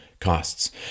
costs